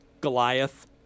Goliath